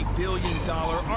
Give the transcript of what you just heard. billion-dollar